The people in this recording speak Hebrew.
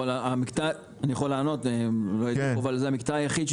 אני יכול לענות: זה המקטע היחיד,